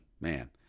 Man